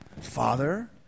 Father